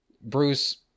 Bruce